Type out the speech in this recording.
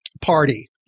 party